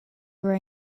were